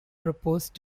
proposed